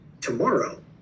tomorrow